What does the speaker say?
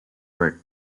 work